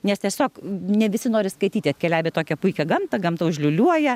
nes tiesiog ne visi nori skaityti atkeliavę į tokią puikią gamtą gamta užliūliuoja